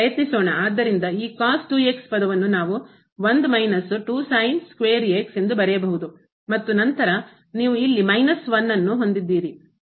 ಆದ್ದರಿಂದ ಈ ಪದವನ್ನು ನಾವು 1 ಮೈನಸ್ square ಎಂದು ಬರೆಯಬಹುದು ಮತ್ತು ನಂತರ ನೀವು ಅಲ್ಲಿ ಮೈನಸ್ 1 ಅನ್ನು ಹೊಂದಿದ್ದೀರಿ